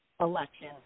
election